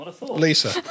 Lisa